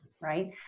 right